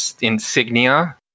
insignia